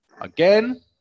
again